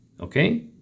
okay